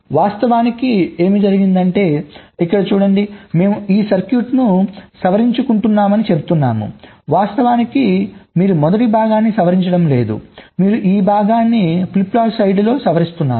వాస్తవానికి ఏమి జరిగింది అంటే ఇక్కడ చూడండి మేము ఈ సర్క్యూట్ను సవరించుకుంటున్నామని చెప్తున్నాము వాస్తవానికి మీరు మొదటి భాగాన్ని సవరించడం లేదు మీరు ఈ భాగాన్ని ఫ్లిప్ ఫ్లాప్ సైడ్లో సవరిస్తున్నారు